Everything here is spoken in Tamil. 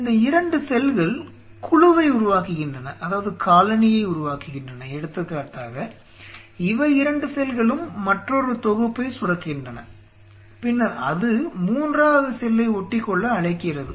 இந்த 2 செல்கள் குழுவை உருவாக்குகின்றன எடுத்துக்காட்டாக இவை இரண்டு செல்களும் மற்றொரு தொகுப்பை சுரக்கின்றன பின்னர் அது மூன்றாவது செல்லை ஒட்டிக்கொள்ள அழைக்கிறது